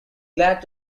glad